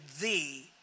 thee